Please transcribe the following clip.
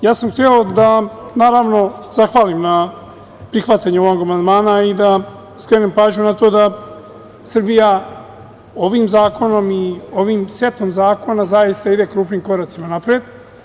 Hteo sam da zahvalim na prihvatanju ovog amandmana i da skrenem pažnju na to da Srbija ovim zakonom i ovim setom zakona zaista ide krupnim koracima napred.